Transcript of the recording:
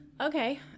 Okay